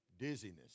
Dizziness